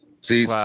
See